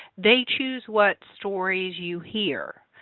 they choose what stories you hear,